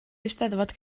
eisteddfod